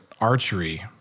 archery